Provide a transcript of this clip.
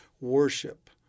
worship